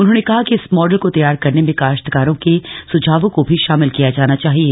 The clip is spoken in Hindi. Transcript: उन्होंने कहा कि इस मॉडल को तैयार करने में काश्तकारों के सुझावों को भी शामिल किया जाना चाहिए